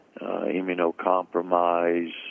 immunocompromised